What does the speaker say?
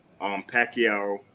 pacquiao